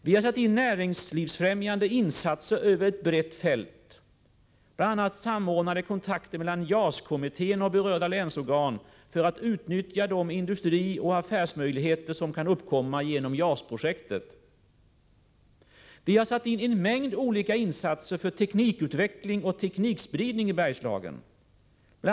Vi har satt in näringslivsfrämjande insatser över ett brett fält, bl.a. samordnade kontakter mellan JAS-kommittén och berörda länsorgan, för att utnyttja de industrioch affärsmöjligheter som kan uppkomma genom JAS-projektet. Vi har satt in en mängd olika insatser för teknikutveckling och teknikspridning i Bergslagen. Bl.